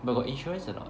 but got insurance or not